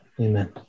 Amen